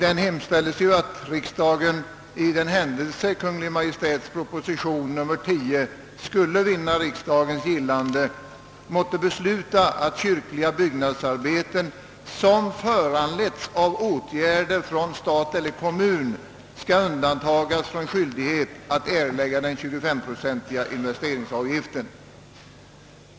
Vi hemställer att riksdagen — för den händelse Kungl. Maj:ts proposition nr 10 skulle vinna riksdagens godkännande — måtte besluta att kyrkliga byggnadsarbeten som föranletts av åtgärder från stat eller kommun skall undantas från skyldighet att erlägga den 25-procentiga investeringsavgiften.